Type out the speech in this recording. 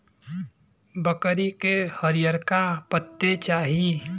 बकरी के हरिअरका पत्ते चाही